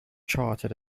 charted